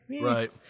Right